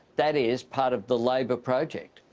that is part of the labor project.